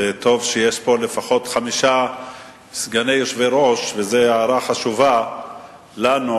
וטוב שיש פה לפחות חמישה סגני יושב-ראש כי זאת הערה חשובה לנו,